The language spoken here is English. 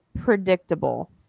predictable